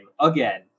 again